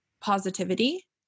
positivity